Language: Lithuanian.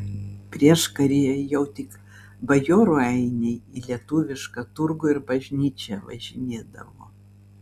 prieškaryje jau tik bajorų ainiai į lietuvišką turgų ir bažnyčią važinėdavo